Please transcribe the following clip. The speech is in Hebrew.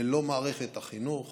ללא מערכת החינוך